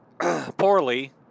poorly